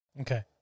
Okay